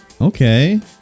okay